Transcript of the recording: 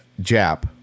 Jap